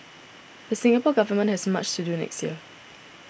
the Singapore Government has much to do next year